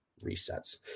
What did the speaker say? resets